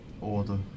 order